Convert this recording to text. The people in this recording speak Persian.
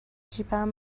جیبم